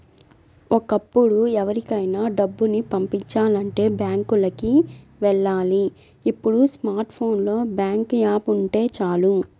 ఒకప్పుడు ఎవరికైనా డబ్బుని పంపిచాలంటే బ్యాంకులకి వెళ్ళాలి ఇప్పుడు స్మార్ట్ ఫోన్ లో బ్యాంకు యాప్ ఉంటే చాలు